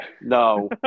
no